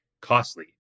costly